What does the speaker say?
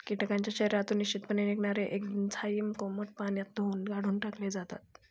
कीटकांच्या शरीरातून निश्चितपणे निघणारे एन्झाईम कोमट पाण्यात धुऊन काढून टाकले जाते